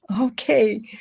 Okay